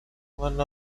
one